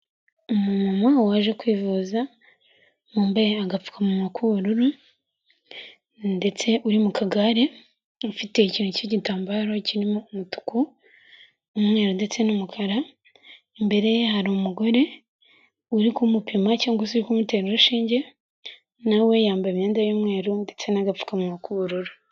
Umuntu waje kwivuza, wambaye agapfukamunwa k'ubururu ndetse uri mu kagare, ufite ikintu cy'igitambaro kirimo umutuku, umweru ndetse n'umukara, imbere ye hari umugore uri kumupima cyangwa urii kumutera urushinge na we yambaye imyenda y'umweru ndetse n'agapfukamunwa k'ubururu.